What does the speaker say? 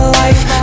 life